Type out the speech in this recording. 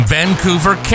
Vancouver